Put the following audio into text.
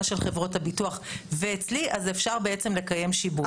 של חברות הביטוח ואצלי אז אפשר בעצם לקיים שיבוב.